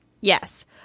Yes